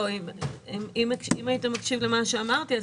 אם היית מקשיב למה שאמרתי,